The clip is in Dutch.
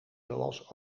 zoals